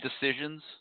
decisions